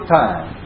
time